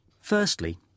Firstly